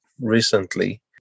recently